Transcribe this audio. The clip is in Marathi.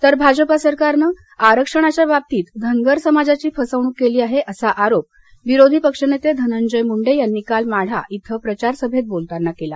तर भाजपा सरकारनं आरक्षणाच्या बाबतीत धनगर समाजाची फसवणूक केली आहे असा आरोप विरोधी पक्षनेते धनंजय मुंडे यांनी काल माढा इथं प्रचारसभेत बोलताना केला